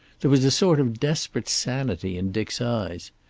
there was a sort of desperate sanity in dick's eyes.